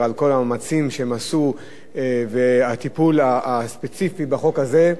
על כל המאמצים שהן עשו והטיפול הספציפי בחוק הזה.